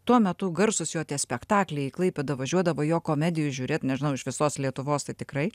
tuo metu garsūs jo tie spektakliai į klaipėdą važiuodavo jo komedijų žiūrėt nežinau iš visos lietuvos tai tikrai